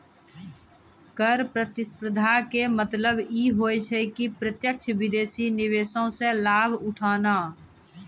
कर प्रतिस्पर्धा के मतलब इ होय छै कि प्रत्यक्ष विदेशी निवेशो से लाभ उठाना